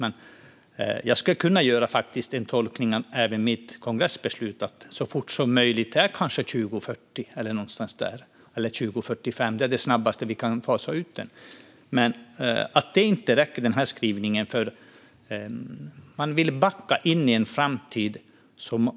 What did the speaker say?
Men jag skulle faktiskt kunna göra en tolkning även av mitt kongressbeslut om att så fort som möjligt kanske är 2040 eller 2045. Det är det snabbaste som vi kan fasa ut den. Men denna skrivning räcker inte. Man vill backa in i en framtid.